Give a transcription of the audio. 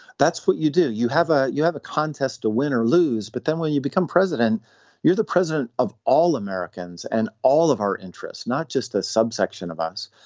that's what you do. you have. ah you have a contest to win or lose. but then when you become president you're the president of all americans and all of our interests not just a subsection of us.